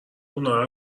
اونا